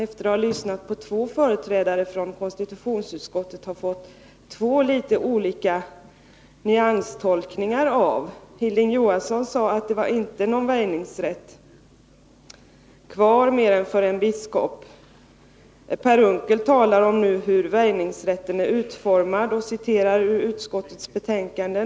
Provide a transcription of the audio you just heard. Efter att ha lyssnat på två företrädare från konstitutionsutskottet har jag fått två olika nyanstolkningar av det. Hilding Johansson sade att det inte var någon väjningsrätt kvar mer än för en biskop. Per Unckel talade däremot om hur väjningsrätten var utformad och citerade då utskottets betänkande.